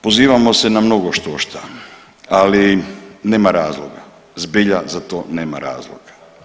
Pozivamo se na mnogo štošta, ali nema razloga zbilja za to nema razloga.